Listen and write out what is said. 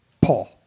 Paul